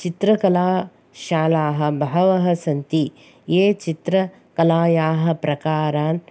चित्रकालाशालाः बहवः सन्ति ये चित्रकलायाः प्रकारान्